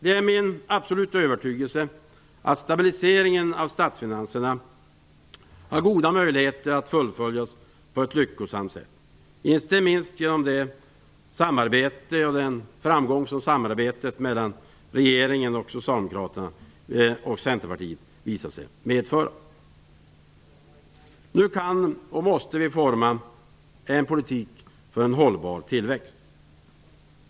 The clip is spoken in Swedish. Det är min absoluta övertygelse att stabiliseringen av statsfinanserna har goda möjligheter att fullföljas på ett lyckosamt sätt - inte minst genom den framgång som samarbetet mellan regeringen och Centerpartiet visat sig medföra. Nu kan och måste vi forma en politik för en hållbar tillväxt.